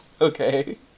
Okay